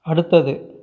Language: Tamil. அடுத்தது